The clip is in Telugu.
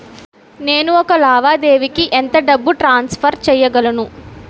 నేను ఒక లావాదేవీకి ఎంత డబ్బు ట్రాన్సఫర్ చేయగలను?